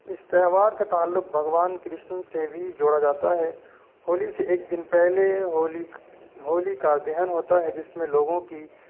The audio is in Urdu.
اس تہوار کا تعلق بھگوان کرشن سے بھی جوڑا جاتا ہے ہولی سے ایک دن پہلے ہولیکا ہولی کا دہن ہوتا ہے جس میں لوگوں کی